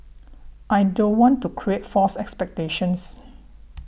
I don't want to create false expectations